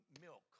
milk